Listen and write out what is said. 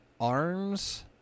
arms